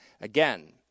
Again